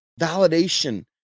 validation